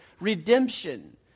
redemption